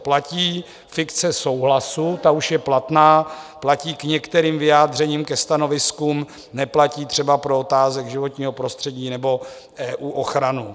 Platí fikce souhlasu, ta už je platná, platí k některým vyjádřením, ke stanoviskům, neplatí třeba pro otázky životního prostředí nebo EU ochranu.